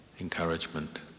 encouragement